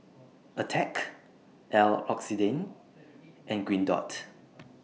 Attack L'Occitane and Green Dot